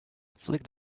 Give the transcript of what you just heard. flick